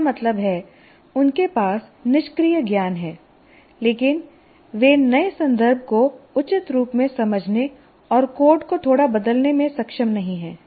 इसका मतलब है उनके पास निष्क्रिय ज्ञान है लेकिन वे नए संदर्भ को उचित रूप से समझने और कोड को थोड़ा बदलने में सक्षम नहीं हैं